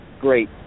great